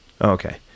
Okay